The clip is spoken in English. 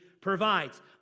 provides